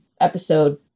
episode